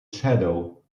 shadow